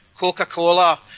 Coca-Cola